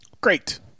Great